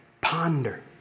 Ponder